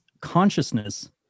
consciousness